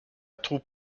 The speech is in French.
troupe